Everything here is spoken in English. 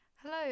Hello